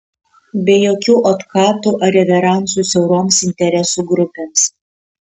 be jokių otkatų ar reveransų siauroms interesų grupėms